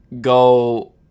go